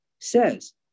says